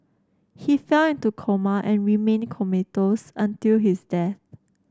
he fell into coma and remained comatose until his death